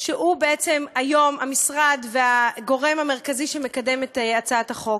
שהוא בעצם היום המשרד והגורם המרכזי שמקדם את הצעת החוק,